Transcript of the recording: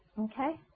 Okay